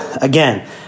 again